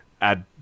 add